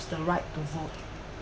the right to vote